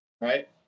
right